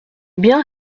bien